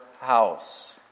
house